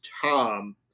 Tom